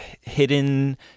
hidden